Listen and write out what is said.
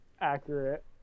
accurate